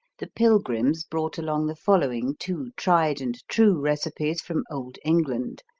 the pilgrims brought along the following two tried and true recipes from olde england,